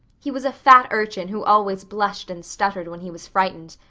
he was a fat urchin who always blushed and stuttered when he was frightened.